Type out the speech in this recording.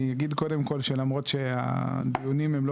אני אגיד קודם כל שלמרות שהדיונים הם לא